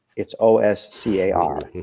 it's o s c a r.